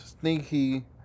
sneaky